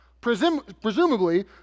presumably